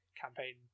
campaign